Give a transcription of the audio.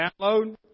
download